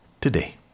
today